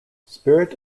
spirit